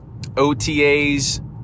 OTAs